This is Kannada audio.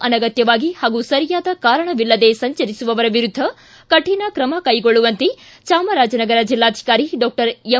ಅನಗತ್ಯವಾಗಿ ಹಾಗೂ ಸರಿಯಾದ ಕಾರಣವಿಲ್ಲದೇ ಸಂಚರಿಸುವವರ ವಿರುದ್ದ ಕಠಿಣ ಕ್ರಮ ಕೈಗೊಳ್ಳುವಂತೆ ಚಾಮರಾಜನಗರ ಜಿಲ್ಲಾಧಿಕಾರಿ ಡಾಕ್ಟರ್ ಎಂ